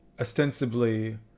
ostensibly